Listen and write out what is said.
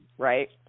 Right